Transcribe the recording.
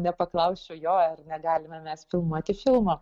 nepaklausčiau jo ar negalime mes filmuoti filmo